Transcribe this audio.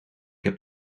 heb